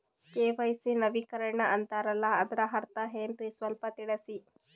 KYC ನವೀಕರಣ ಅಂತಾರಲ್ಲ ಅದರ ಅರ್ಥ ಏನ್ರಿ ಸ್ವಲ್ಪ ತಿಳಸಿ?